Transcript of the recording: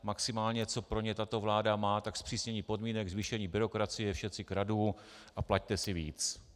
Maximálně co pro ně tato vláda má, tak zpřísnění podmínek, zvýšení byrokracie, všetci kradnú a plaťte si víc.